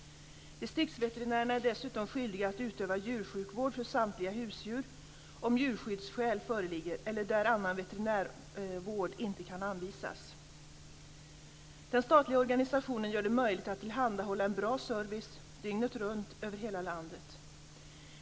Distriktsveterinärerna är dessutom skyldiga att utöva djursjukvård för samtliga husdjur om djurskyddsskäl föreligger eller där annan veterinärvård inte kan anvisas. Den statliga organisationen gör det möjligt att tillhandahålla en bra service, dygnet runt, över hela landet.